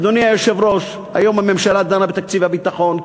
אדוני היושב-ראש, היום הממשלה דנה בתקציב הביטחון.